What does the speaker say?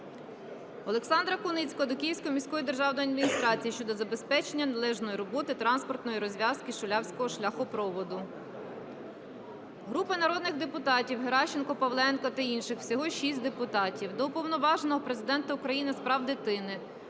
Олександра Куницького до Київської міської державної адміністрації щодо забезпечення належної роботи транспортної розв'язки Шулявського шляхопроводу. Групи народних депутатів (Геращенко, Павленка та інших. Всього 6 депутатів) до Уповноваженого Президента України з прав дитини,